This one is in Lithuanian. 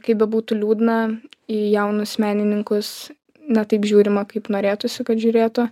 kaip bebūtų liūdna į jaunus menininkus ne taip žiūrima kaip norėtųsi kad žiūrėtų